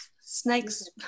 snakes